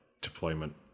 deployment